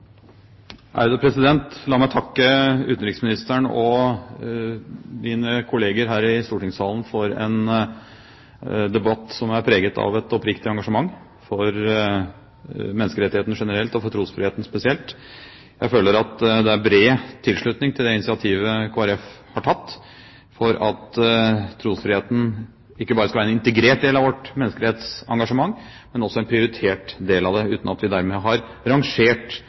preget av et oppriktig engasjement for menneskerettighetene generelt og for trosfriheten spesielt. Jeg føler at det er bred tilslutning til det initiativet Kristelig Folkeparti har tatt for at trosfriheten ikke bare skal være en integrert del av vårt menneskerettighetsengasjement, men også en prioritert del av det, uten at vi dermed har rangert